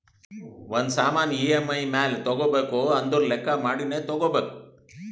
ಒಂದ್ ಸಾಮಾನ್ ಇ.ಎಮ್.ಐ ಮ್ಯಾಲ ತಗೋಬೇಕು ಅಂದುರ್ ಲೆಕ್ಕಾ ಮಾಡಿನೇ ತಗೋಬೇಕು